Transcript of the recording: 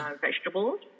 vegetables